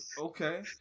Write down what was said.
Okay